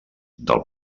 del